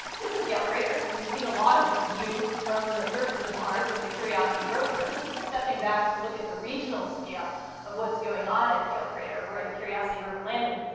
this is gale crater, and you've seen a lot of its view from the surface of mars with the curiosity rover. this is stepping back to look at the regional scale of what's going on at gale crater, where the curiosity rover landed.